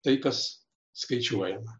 tai kas skaičiuojama